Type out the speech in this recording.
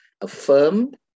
affirmed